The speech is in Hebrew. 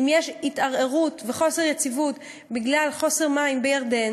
אם יש התערערות וחוסר יציבות בגלל חוסר מים בירדן